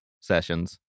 sessions